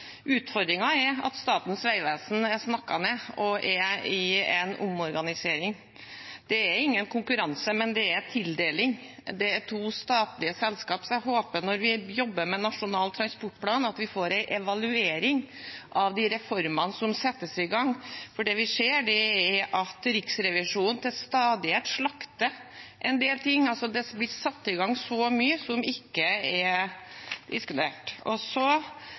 er at Statens vegvesen er snakket ned og er i en omorganisering. Det er ingen konkurranse, men det er tildeling. Det er to statlige selskap, så jeg håper at vi når vi jobber med Nasjonal transportplan, får en evaluering av de reformene som settes i gang, for det vi ser, er at Riksrevisjonen til stadighet slakter en del ting. Det blir satt i gang svært mye som ikke er diskutert. Så